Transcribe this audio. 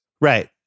Right